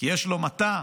כי יש לו מטע,